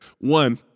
One